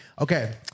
Okay